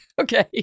Okay